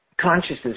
consciousness